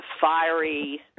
fiery